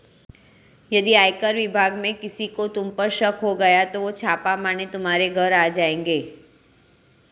यदि आयकर विभाग में किसी को तुम पर शक हो गया तो वो छापा मारने तुम्हारे घर आ जाएंगे